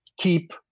keep